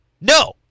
No